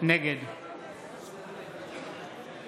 נגד אלעזר